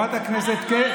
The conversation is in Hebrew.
אנחנו לא יודעים לעשות כלום.